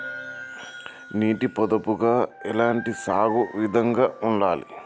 నీటి పొదుపుగా ఎలాంటి సాగు విధంగా ఉండాలి?